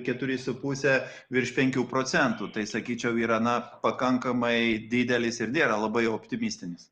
keturi su puse virš penkių procentų tai sakyčiau yra na pakankamai didelis ir nėra labai optimistinis